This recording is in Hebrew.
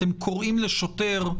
אתם קוראים לשוטר?